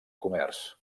comerç